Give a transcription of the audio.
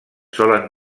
solen